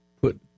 put